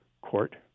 court